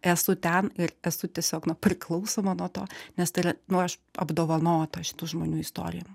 esu ten ir esu tiesiog na priklausoma nuo to nes tai yra nu aš apdovanota šitų žmonių istorijom